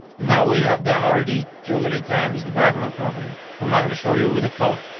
now, we have done already too many times the background property, so i'm not gonna show you with a color.